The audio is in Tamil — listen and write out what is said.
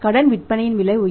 கடன் விற்பனையின் விலை உயரும்